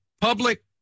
public